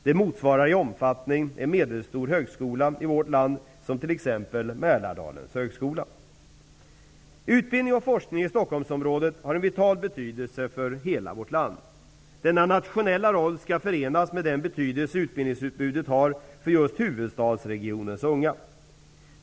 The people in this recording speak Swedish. Detta motsvarar i omfattning en medelstor högskola i vårt land som t.ex. Utbildning och forskning i Stockholmsområdet har en vital betydelse för hela vårt land. Denna nationella roll skall förenas med den betydelse utbildningsutbudet har för just huvudstadsregionens unga.